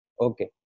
Okay